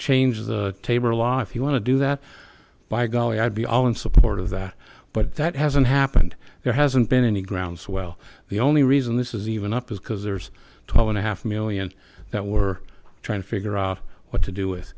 changes tabor law if you want to do that by going i'd be all in support of that but that hasn't happened there hasn't been any groundswell the only reason this is even up is because there's twelve and a half million that we're trying to figure out what to do with